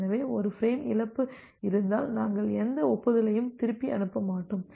எனவே ஒரு ஃப்ரேம் இழப்பு இருந்தால் நாங்கள் எந்த ஒப்புதலையும் திருப்பி அனுப்ப மாட்டோம்